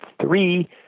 three